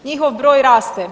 Njihov broj raste.